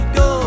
go